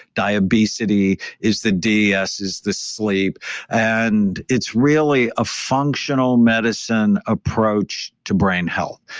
diabesity is the d. s is the sleep and it's really a functional medicine approach to brain health.